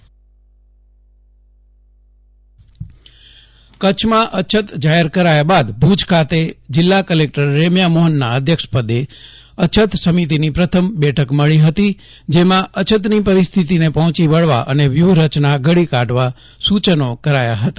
જયદીપ વૈષ્ણવ અછત સમીક્ષા બેઠકઃ કચ્છમાં અછત જાહેર કરાયા બાદ ભુજ ખાતે જિલ્લા કલેકટર રેમ્યા મોહનના અધ્યક્ષપદે અછત સમિતિની પ્રથમ બેઠક મળી હતી જેમાં અછતની પરિસ્થિતિને પહોંચી વળવા અને વ્યૂહરચના ઘડી કાઢવા સૂચનો કરાયા હતા